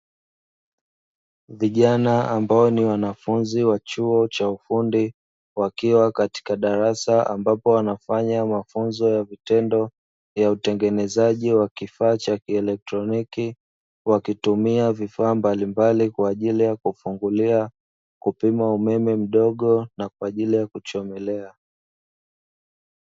Vijana ambao ni wanafunzi wa chuo cha ufundi wakiwa katika darasa ambapo wanafanya mafunzo ya vitendo ya utengenezaji wa kifaa cha kielektroniki wakitumia vifaa mbalimbali kwa ajili ya kufungulia, kupima umeme mdogo, na kwa ajili ya kuchomelea.